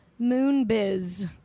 Moonbiz